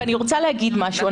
ואני רוצה להגיד משהו,